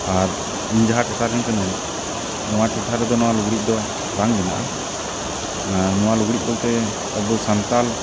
ᱟᱨ ᱤᱧ ᱡᱟᱦᱟᱸ ᱴᱚᱴᱷᱟ ᱨᱮᱱ ᱠᱟᱹᱱᱟᱹᱧ ᱱᱚᱣᱟ ᱴᱚᱴᱷᱟ ᱨᱮᱫᱚ ᱱᱚᱣᱟ ᱞᱩᱜᱽᱲᱤᱡ ᱫᱚ ᱵᱟᱝ ᱵᱮᱱᱟᱜᱼᱟ ᱱᱚᱣᱟ ᱞᱩᱜᱽᱲᱤᱡ ᱵᱳᱞᱛᱮ ᱟᱵᱚ ᱥᱟᱱᱛᱟᱲ